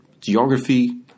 Geography